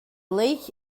lake